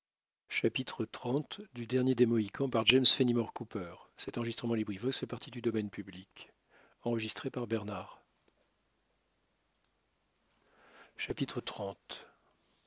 le dernier des mohicans par cooper